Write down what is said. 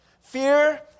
Fear